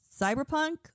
Cyberpunk